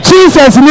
Jesus